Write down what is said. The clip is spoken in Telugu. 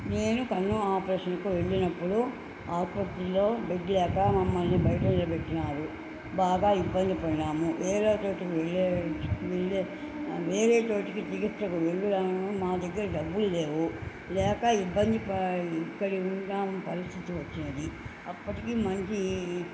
నేను కన్ను ఆపరేషన్కు వెళ్ళినప్పుడు ఆసుపత్రిలో బెడ్ లేక మమ్మల్ని బయట నిలబెట్టినారు బాగా ఇబ్బందిపోయినాము వేరే చోటికి వెళ్ళే ముందే వేరే చోటికి చికిత్సకు వెళ్ళాము నా దగ్గర డబ్బులు లేవు లేక ఇబ్బంది పడినాం పరిస్థితి వచ్చినది అప్పటికి మంచి